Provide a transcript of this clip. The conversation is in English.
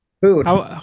food